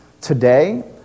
today